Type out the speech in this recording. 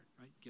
right